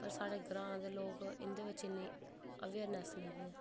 पर साढ़े ग्रांऽ दे लोक इं'दे बिच इ'न्नी अवेयरनेस निं ऐ